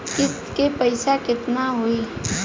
किस्त के पईसा केतना होई?